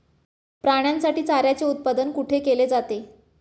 प्राण्यांसाठी चाऱ्याचे उत्पादन कुठे केले जाते?